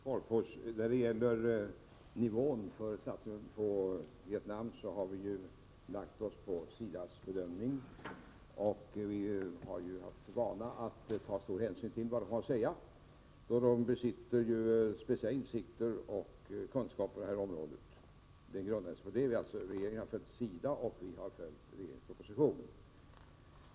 Herr talman! Beträffande nivån för insatserna i Vietnam har vi anslutit oss till SIDA:s petita. Vi har ju haft för vana att ta stor hänsyn till vad SIDA har att säga. SIDA besitter speciella insikter och kunskaper i detta område. Vår bedömning grundar sig alltså på detta. Regeringen har följt SIDA, och vi har följt regeringens proposition.